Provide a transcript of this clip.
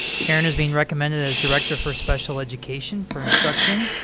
karen is being recommended as director for special education for instruction.